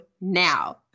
now